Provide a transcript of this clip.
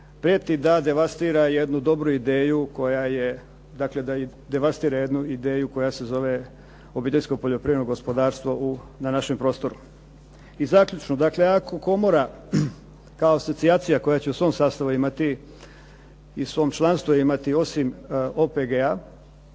dakle da devastira jednu ideju koja se zove obiteljsko poljoprivredno gospodarstvo na našem prostoru. I zaključno, dakle ako komora kao asocijacija koja će u svom sastavu imati i svom članstvu imati osim OPG-a